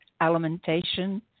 alimentation